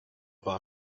war